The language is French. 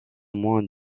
moins